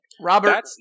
Robert